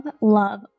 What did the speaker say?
love